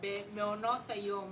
במעונות היום